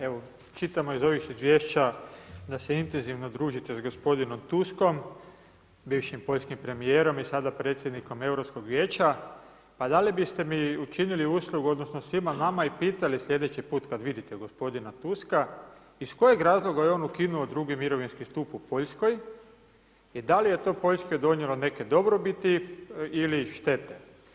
Evo, čitamo iz ovih izvješća da se intenzivno družite s gospodinom Tuskom, bivšim poljskim premijerom i sada predsjednikom Europskog vijeća, pa da li biste mi učinili uslugu, odnosno svima nama i pitali slijedeći put kada vidite gospodina Tuska, iz kojeg razloga je on ukinuo drugi mirovinski stup u Poljskoj i da li je to Poljskoj donijelo neke dobrobiti ili štete?